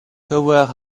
tower